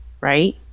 right